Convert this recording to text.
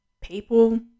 people